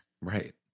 Right